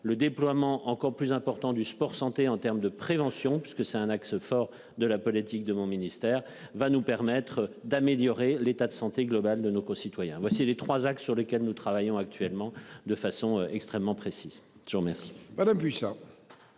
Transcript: le déploiement encore plus important du sport santé, en terme de prévention, parce que c'est un axe fort de la politique de mon ministère va nous permettre d'améliorer l'état de santé globale de nos concitoyens. Voici les 3 axes sur lesquels nous travaillons actuellement de façon extrêmement précis. Je vous remercie.